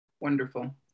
Wonderful